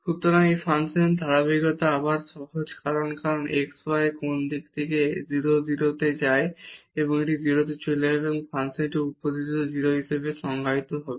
সুতরাং এই ফাংশনের ধারাবাহিকতা আবার সহজ কারণ যখন x y যায় কোন দিক থেকে 0 0 এ যায় তখন এটি 0 তে চলে যাবে এবং ফাংশনটি উৎপত্তিতে 0 হিসাবে সংজ্ঞায়িত হবে